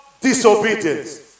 disobedience